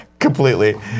Completely